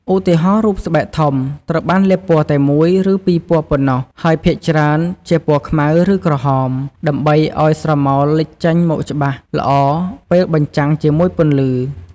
ឧទាហរណ៍ រូបស្បែកធំត្រូវបានលាបពណ៌តែមួយ ឬពីរពណ៌ប៉ុណ្ណោះ ហើយភាគច្រើនជាពណ៌ខ្មៅ ឬក្រហម ដើម្បីឲ្យស្រមោលចេញមកច្បាស់ល្អពេលបញ្ចាំងជាមួយពន្លឺ។